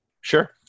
Sure